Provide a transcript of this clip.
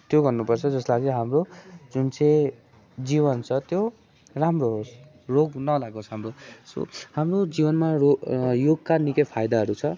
त्यो गर्नु पर्छ जसलाई चाहिँ हाम्रो जुन चाहिँ जीवन छ त्यो राम्रो होस् रोग नलागोस् हाम्रो सो हाम्रो जीवनमा रोग योगका निकै फाइदाहरू छ